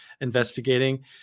investigating